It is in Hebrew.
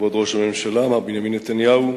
כבוד ראש הממשלה מר בנימין נתניהו,